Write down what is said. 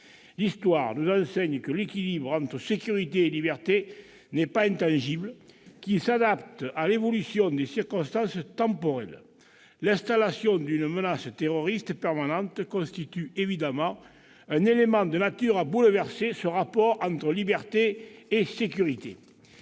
L'histoire nous enseigne que l'équilibre entre sécurité et liberté n'est pas intangible, qu'il s'adapte à l'évolution des circonstances temporelles. L'installation d'une menace terroriste permanente constitue évidemment un élément de nature à bouleverser ce rapport entre libertés et sécurité.